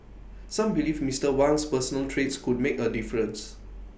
some believe Mister Wang's personal traits could make A difference